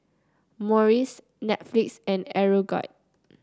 Morries Netflix and Aeroguard